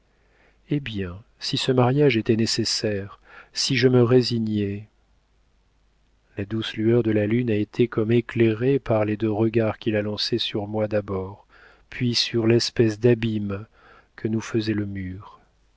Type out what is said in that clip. eh bien si ce mariage était nécessaire si je me résignais la douce lueur de la lune a été comme éclairée par les deux regards qu'il a lancés sur moi d'abord puis sur l'espèce d'abîme que nous faisait le mur